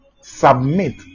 submit